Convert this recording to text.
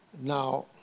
Now